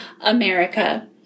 America